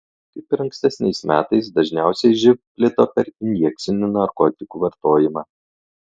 kaip ir ankstesniais metais dažniausiai živ plito per injekcinių narkotikų vartojimą